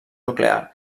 nuclear